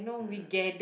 mmhmm